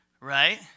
right